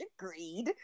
agreed